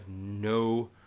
no